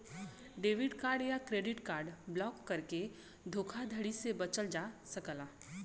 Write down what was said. debit card या credit card block करके धोखाधड़ी से बचल जा सकला